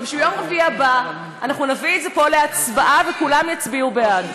ושביום רביעי הבא אנחנו נביא את זה לפה להצבעה וכולם יצביעו בעד.